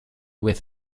with